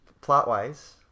plot-wise